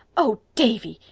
oh, davy,